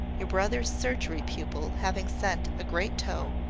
your brother's surgery-pupil having sent a great toe,